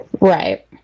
right